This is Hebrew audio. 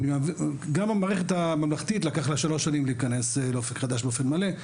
גם המערכת הממלכתית לקח לה שלוש שנים להיכנס לאופק חדש באופן מלא.